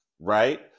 right